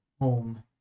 home